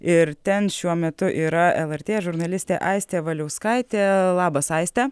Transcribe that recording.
ir ten šiuo metu yra lrt žurnalistė aistė valiauskaitė labas aiste